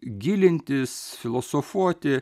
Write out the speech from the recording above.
gilintis filosofuoti